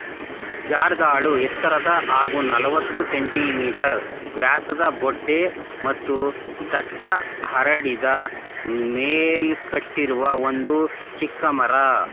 ಜರ್ದಾಳು ಎತ್ತರದ ಹಾಗೂ ನಲವತ್ತು ಸೆ.ಮೀ ವ್ಯಾಸದ ಬೊಡ್ಡೆ ಮತ್ತು ದಟ್ಟ ಹರಡಿದ ಮೇಲ್ಕಟ್ಟಿರುವ ಒಂದು ಚಿಕ್ಕ ಮರ